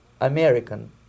American